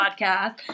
podcast